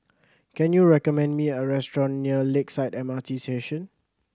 can you recommend me a restaurant near Lakeside M R T Station